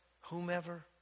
whomever